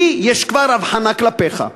לי יש כבר אבחנה כלפיך: